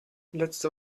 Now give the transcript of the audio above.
letzte